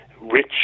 rich